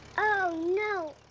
oh no!